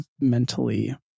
mentally